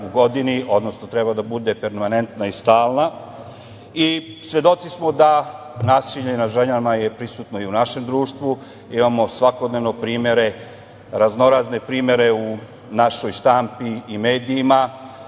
u godini, odnosno treba da bude permanentna i stalna. Svedoci smo da nasilje nad ženama je prisutno i u našem društvu. Svakodnevno imamo primere, raznorazne primere u našoj štampi i medijima. Tako